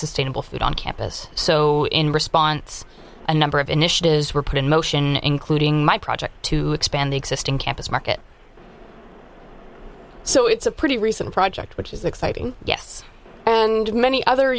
sustainable food on campus so in response to number of initiatives were put in motion including my project to expand the existing campus market so it's a pretty recent project which is exciting yes and many other